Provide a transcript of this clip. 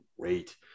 great